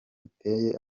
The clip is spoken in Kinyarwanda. riteye